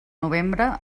novembre